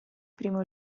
primo